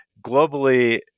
globally